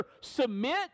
submit